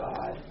God